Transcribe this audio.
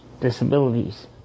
disabilities